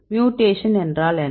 mutation என்றால் என்ன